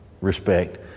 respect